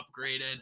upgraded